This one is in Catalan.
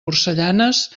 porcellanes